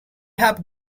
have